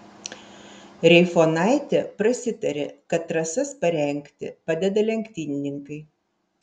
reifonaitė prasitarė kad trasas parengti padeda lenktynininkai